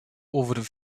over